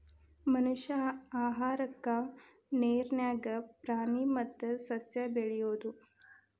ಮನಷ್ಯಾ ಆಹಾರಕ್ಕಾ ನೇರ ನ್ಯಾಗ ಪ್ರಾಣಿ ಮತ್ತ ಸಸ್ಯಾ ಬೆಳಿಯುದು